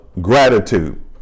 gratitude